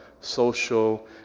social